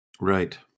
Right